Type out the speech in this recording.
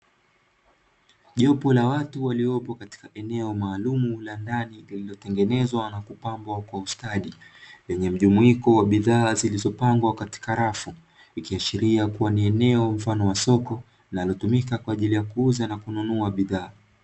Jopo la watu waliopo katika eneo maalumu, la ndani lililotengenezwa na kupambwa kwa ustadi, lenye mjumuiko wa bidhaa zilizopangwa katika rafu, ikiashiria kuwa ni eneo mfano wa soko linalotumika kwa ajili ya kuuza na kununua bidhaa.